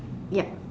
yup